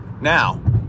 Now